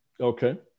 Okay